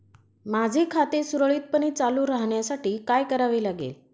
माझे खाते सुरळीतपणे चालू राहण्यासाठी काय करावे लागेल?